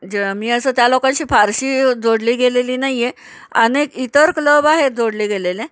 जे मी असं त्या लोकांशी फारशी जोडली गेलेली नाही आहे अनेक इतर क्लब आहेत जोडले गेलेले